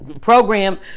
program